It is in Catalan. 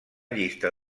llista